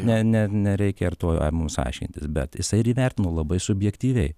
ne ne nereikia ir to mums aiškintis bet jisai ir įvertino labai subjektyviai